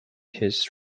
his